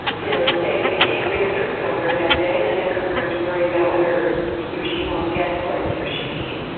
you know, saying that he's angry at a certain governor that day and and that governor to worry about whether he or she won't get what he or she needs